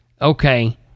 okay